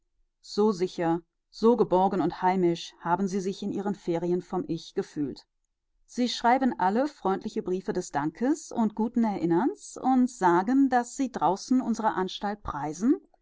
so sicher geborgen und heimisch haben sie sich in ihren ferien vom ich gefühlt sie schreiben alle freundliche briefe des dankes und guten erinnerns und sagen daß sie draußen unsere anstalt preisen